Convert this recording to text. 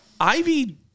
Ivy